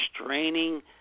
straining